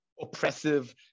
oppressive